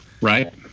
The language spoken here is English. right